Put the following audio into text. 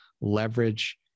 leverage